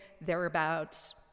thereabouts